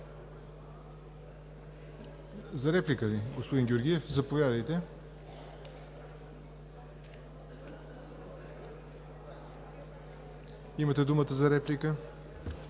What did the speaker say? ли реплики? Господин Георгиев, заповядайте – имате думата за реплика.